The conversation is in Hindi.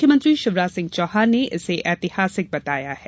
मुख्यमंत्री शिवराज सिंह चौहान ने इसे ऐतिहासिक बताया है